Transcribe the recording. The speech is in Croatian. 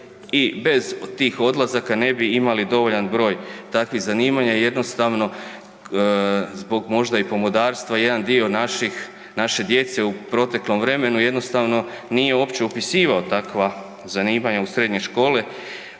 bez tih odlazaka ne bi imali dovoljan broj takvih zanimanja, jednostavno zbog možda i pomodarstva, jedan dio naše djece u proteklom vremenu, jednostavno nije uopće upisivao takva zanimanja u srednje škole,